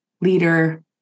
leader